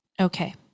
Okay